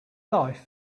life